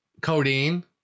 Codeine